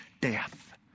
death